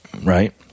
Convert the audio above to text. right